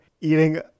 Eating